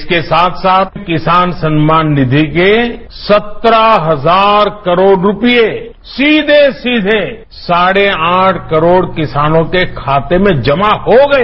इसके साथ साथ किसान सम्मान निधि के सत्रह हजार करोड रूपए सीधे सीधे साढ़े आठ करोड़ किसानों के खाते में जमा हो गए